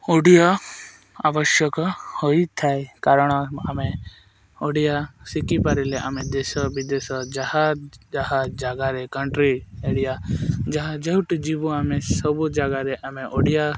ଓଡ଼ିଆ ଆବଶ୍ୟକ ହୋଇଥାଏ କାରଣ ଆମେ ଓଡ଼ିଆ ଶିଖିପାରିଲେ ଆମେ ଦେଶ ବିଦେଶ ଯାହା ଯାହା ଜାଗାରେ କଣ୍ଟ୍ରି ଏରିଆ ଯାହା ଯେଉଁଠୁ ଯିବୁ ଆମେ ସବୁ ଜାଗାରେ ଆମେ ଓଡ଼ିଆ